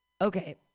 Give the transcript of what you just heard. Okay